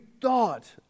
thought